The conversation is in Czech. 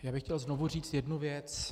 Já bych chtěl znovu říct jednu věc.